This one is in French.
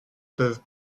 peuvent